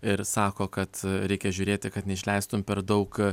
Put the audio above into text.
ir sako kad reikia žiūrėti kad neišleistum per daug